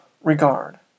regard